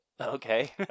Okay